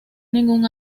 ningún